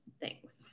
thanks